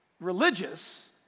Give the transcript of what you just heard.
religious